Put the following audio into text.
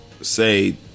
say